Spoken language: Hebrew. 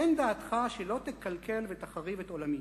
תן דעתך שלא תקלקל ותחריב את עולמי,